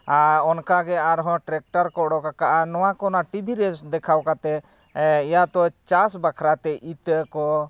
ᱟᱨ ᱚᱱᱠᱟᱜᱮ ᱟᱨᱦᱚᱸ ᱴᱨᱟᱠᱴᱟᱨ ᱠᱚ ᱚᱰᱳᱠ ᱟᱠᱟᱜᱼᱟ ᱱᱚᱣᱟ ᱠᱚ ᱚᱱᱟ ᱴᱤᱵᱷᱤᱨᱮ ᱫᱮᱠᱷᱟᱣ ᱠᱟᱛᱮᱫ ᱤᱭᱟᱛᱚ ᱪᱟᱥ ᱵᱟᱠᱷᱨᱟᱛᱮ ᱤᱛᱟᱹ ᱠᱚ